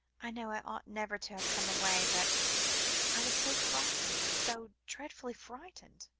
i know i ought never to have come away, but i was so frightened, so dreadfully frightened,